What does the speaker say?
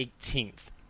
18th